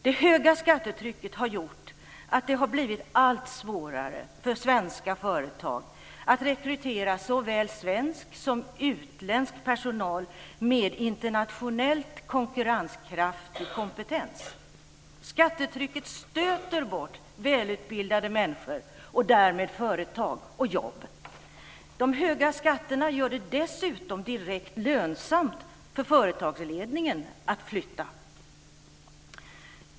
Det höga skattetrycket har gjort att det har blivit allt svårare för svenska företag att rekrytera såväl svensk som utländsk personal med en internationellt konkurrenskraftig kompetens. Skattetrycket stöter bort välutbildade människor och därmed företag och jobb. De höga skatterna gör det dessutom direkt lönsamt för företagsledningar att flytta.